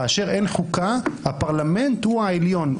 כאשר אין חוקה, הפרלמנט הוא העליון.